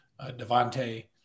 Devante